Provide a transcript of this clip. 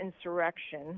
insurrection